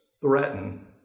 threaten